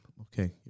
Okay